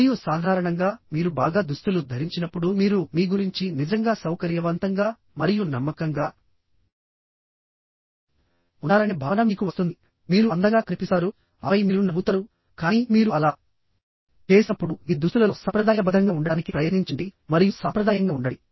మరియు సాధారణంగా మీరు బాగా దుస్తులు ధరించినప్పుడు మీరు మీ గురించి నిజంగా సౌకర్యవంతంగా మరియు నమ్మకంగా ఉన్నారనే భావన మీకు వస్తుంది మీరు అందంగా కనిపిస్తారు ఆపై మీరు నవ్వుతారు కానీ మీరు అలా చేసినప్పుడు మీ దుస్తులలో సంప్రదాయబద్ధంగా ఉండటానికి ప్రయత్నించండి మరియు సాంప్రదాయంగా ఉండండి